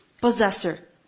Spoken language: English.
Possessor